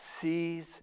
sees